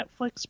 netflix